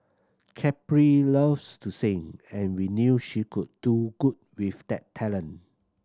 Capri loves to sing and we knew she could do good with that talent